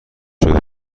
شده